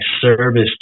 service